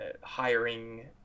hiring